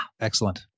Excellent